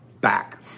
back